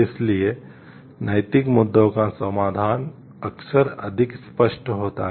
इसलिए नैतिक मुद्दों का समाधान अक्सर अधिक स्पष्ट होता है